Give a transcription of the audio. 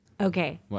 Okay